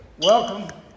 welcome